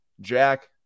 jack